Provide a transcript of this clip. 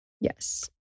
Yes